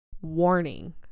warning